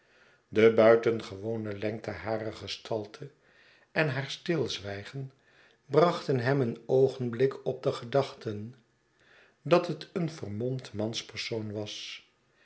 de buitengewone lengte harer gestalte en haar stilzwijgen brachten hem een oogenblik op de gedachte dat het een verraomd manspersoon was